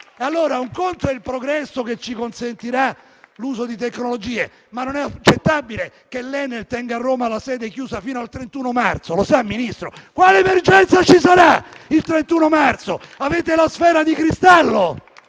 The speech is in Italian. Allora, un conto è il progresso che ci consentirà l'uso di tecnologie, ma non è accettabile che l'Enel tenga a Roma la sede chiusa fino al 31 marzo. Lo sa, Ministro? Quale emergenza ci sarà il 31 marzo? Avete la sfera di cristallo?